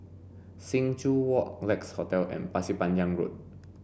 Sing Joo Walk Lex Hotel and Pasir Panjang Road